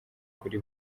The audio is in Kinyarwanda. kuri